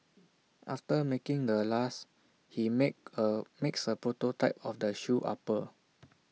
after making the last he make A makes A prototype of the shoe upper